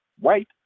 white